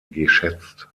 geschätzt